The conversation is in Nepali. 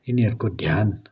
यिनीहरूको ध्यान